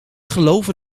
geloven